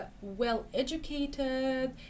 well-educated